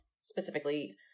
specifically